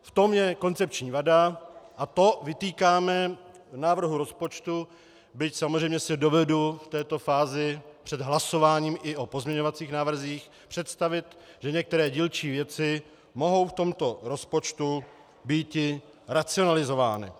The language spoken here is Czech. V tom je koncepční vada a to vytýkáme návrhu rozpočtu, byť si samozřejmě dovedu v této fázi před hlasováním i o pozměňovacích návrzích představit, že některé dílčí věci mohou v tomto rozpočtu býti racionalizovány.